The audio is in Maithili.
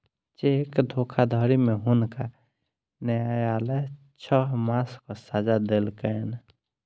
चेक धोखाधड़ी में हुनका न्यायलय छह मासक सजा देलकैन